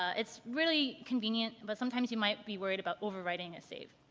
it's really convenient but sometimes you might be worried about overwriting a save.